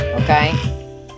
Okay